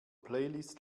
playlist